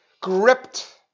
gripped